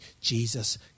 Jesus